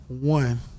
One